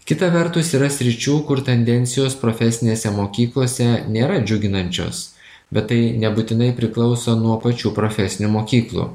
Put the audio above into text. kita vertus yra sričių kur tendencijos profesinėse mokyklose nėra džiuginančios bet tai nebūtinai priklauso nuo pačių profesinių mokyklų